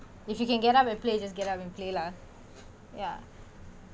if you can get up and play just get up and play lah ya